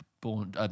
born